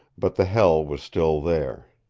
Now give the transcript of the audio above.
but the hell was still there.